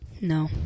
No